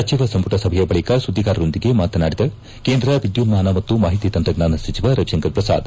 ಸಚಿವ ಸಂಪುಟ ಸಭೆಯ ಬಳಿಕ ಸುದ್ದಿಗಾರರೊಂದಿಗೆ ಮಾತನಾಡಿದ ಕೇಂದ್ರ ವಿದ್ಯುನ್ನಾನ ಮತ್ತು ಮಾಹಿತಿ ತಂತ್ರಜ್ಞಾನ ಸಚಿವ ರವಿಶಂಕರ್ ಪ್ರಸಾದ್